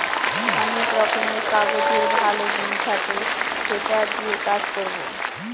অনেক রকমের কাগজের ভালো গুন থাকে সেটা দিয়ে কাজ করবো